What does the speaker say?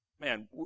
Man